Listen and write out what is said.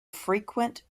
frequent